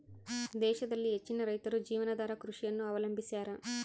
ದೇಶದಲ್ಲಿ ಹೆಚ್ಚಿನ ರೈತರು ಜೀವನಾಧಾರ ಕೃಷಿಯನ್ನು ಅವಲಂಬಿಸ್ಯಾರ